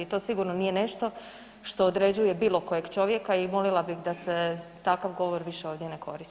To sigurno nije nešto što određuje bilo kojeg čovjeka i molila bih da se takav govor više ovdje ne koristi.